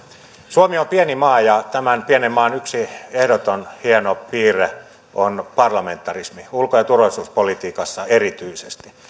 suomi on pieni maa ja tämän pienen maan yksi ehdoton hieno piirre on parlamentarismi ulko ja turvallisuuspolitiikassa erityisesti